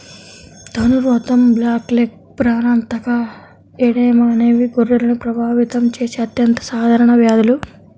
ధనుర్వాతం, బ్లాక్లెగ్, ప్రాణాంతక ఎడెమా అనేవి గొర్రెలను ప్రభావితం చేసే అత్యంత సాధారణ వ్యాధులు